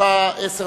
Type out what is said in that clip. ולוקחת את אותו